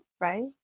right